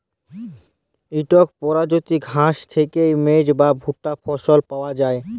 ইকট পরজাতির ঘাঁস থ্যাইকে মেজ বা ভুট্টা ফসল পাউয়া যায়